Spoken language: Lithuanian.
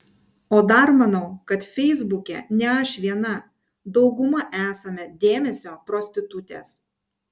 o dar manau kad feisbuke ne aš viena dauguma esame dėmesio prostitutės